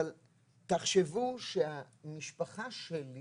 אבל תחשבו שהמשפחה שלי